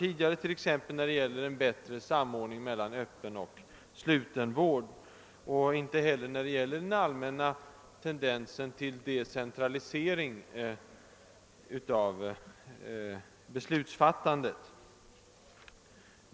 Det gäller t.ex. förslaget om bättre samordning mellan öppen och sluten vård, liksom tendensen till decentralisering av beslutsfattandet.